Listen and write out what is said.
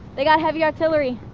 they got heavy artillery,